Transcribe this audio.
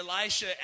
Elisha